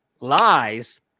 lies